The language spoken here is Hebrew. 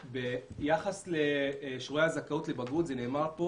ביחס לשיעורי הזכאות לבגרות, זה נאמר פה